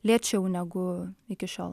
lėčiau negu iki šiol